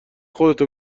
خودتو